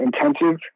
Intensive